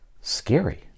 scary